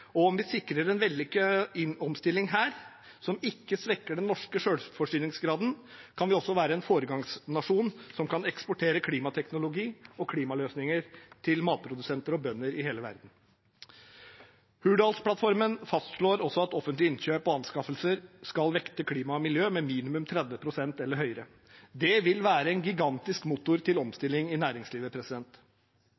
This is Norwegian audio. Om vi sikrer en vellykket omstilling her som ikke svekker den norske selvforsyningsgraden, kan vi også være en foregangsnasjon som kan eksportere klimateknologi og klimaløsninger til matprodusenter og bønder i hele verden. Hurdalsplattformen fastslår også at offentlige innkjøp og anskaffelser skal vekte klima og miljø med minimum 30 pst. eller mer. Det vil være en gigantisk motor til